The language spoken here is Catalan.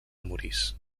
morís